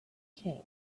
king